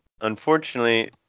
Unfortunately